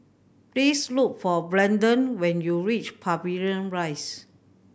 please look for Brandon when you reach Pavilion Rise